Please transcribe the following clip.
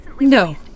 No